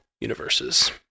universes